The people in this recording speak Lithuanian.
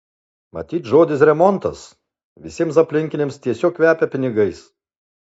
matyt žodis remontas visiems aplinkiniams tiesiog kvepia pinigais